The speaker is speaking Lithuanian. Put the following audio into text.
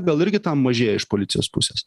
gal irgi mažėja iš policijos pusės